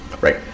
right